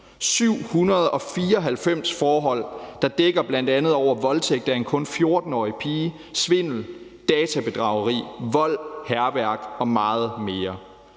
794 forhold, der bl.a. dækker over voldtægt af en kun 14-årig pige, svindel, databedrageri, vold, hærværk og meget mere.